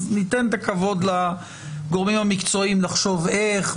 אז ניתן את הכבוד לגורמים המקצועיים לחשוב איך,